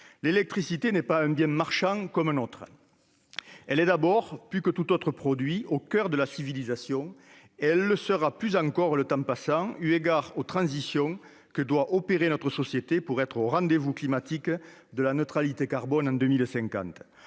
L'électricité n'est pas un bien marchand comme un autre. Elle est d'abord, plus que tout autre produit, au coeur de la civilisation, et elle le sera plus encore avec le temps, eu égard aux transitions que doit opérer notre société pour être au rendez-vous climatique de la neutralité carbone en 2050.